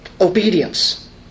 obedience